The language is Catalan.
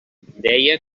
deia